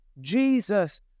Jesus